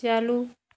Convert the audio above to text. चालू